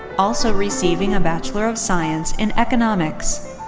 also receiving a bachelor of science in economics.